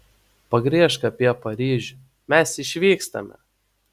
pagriežk apie paryžių mes išvykstame